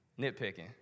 Nitpicking